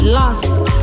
lost